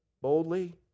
Boldly